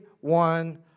One